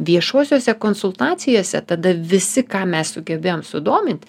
viešosiose konsultacijose tada visi ką mes sugebėjom sudomint